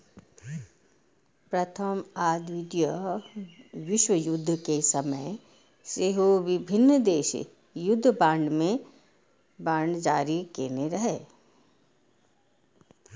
प्रथम आ द्वितीय विश्वयुद्ध के समय सेहो विभिन्न देश युद्ध बांड जारी केने रहै